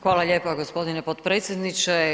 Hvala lijepo g. potpredsjedniče.